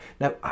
Now